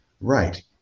Right